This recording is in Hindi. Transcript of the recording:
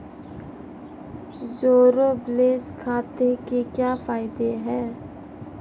ज़ीरो बैलेंस खाते के क्या फायदे हैं?